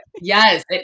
Yes